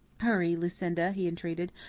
hurry, lucinda, he entreated.